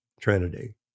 Trinity